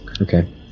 Okay